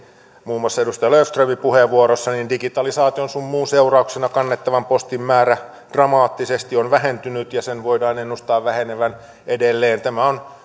muun muassa edustaja löfströmin puheenvuorossa digitalisaation sun muun seurauksena kannettavan postin määrä on vähentynyt dramaattisesti ja sen voidaan ennustaa vähenevän edelleen tämä on